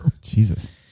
Jesus